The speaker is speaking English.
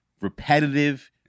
repetitive